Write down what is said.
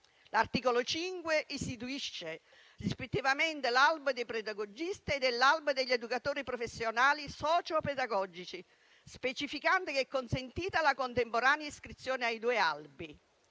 L'articolo 5 istituisce rispettivamente l'albo dei pedagogisti e l'albo degli educatori professionali socio-pedagogici, specificando che è consentita la contemporanea iscrizione ai due albi.